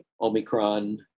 Omicron